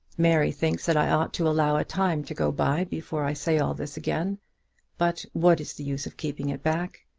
mary thinks that i ought to allow a time to go by before i say all this again but what is the use of keeping it back?